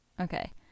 Okay